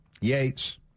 Yates